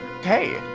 Hey